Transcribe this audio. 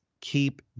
keep